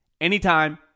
anytime